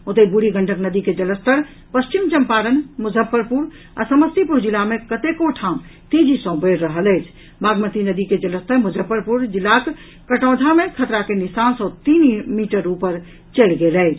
ओतहि बूढ़ी गंडक नदी के जलस्तर पश्चिम चंपारण मुजफ्फरपुर आ समस्तीपुर जिला मे कतेको ठाम तेजी सॅ बढ़ि रहल अछि बागमती नदी के जलस्तर मुजफ्फरपुर जिलाक कटौंझा मे खतरा के निशान सॅ तीन मीटर ऊपर चलि गेल अछि